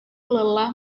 lelah